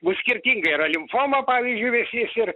bus skirtinga yra limfoma pavyzdžiui vėžys ir